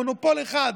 מונופול אחד.